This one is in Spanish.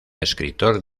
escritor